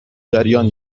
جریان